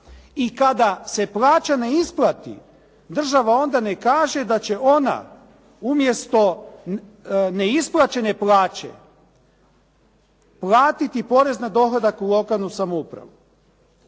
i kada se plaća ne isplati država onda ne kaže da će ona umjesto neisplaćene plaće platiti porez na dohodak u lokalnu samoupravu